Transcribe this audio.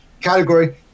category